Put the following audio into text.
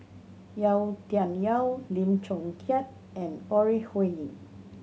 Yau Tian Yau Lim Chong Keat and Ore Huiying